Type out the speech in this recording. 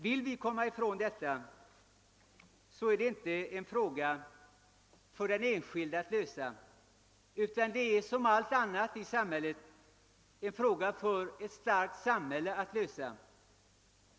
Vill vi komma ifrån dessa förhållanden, får vi inte överlämna uppgiften till den enskilde utan måste låta det bli en uppgift för ett starkt samhälle att lösa.